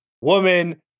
woman